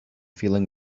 feeling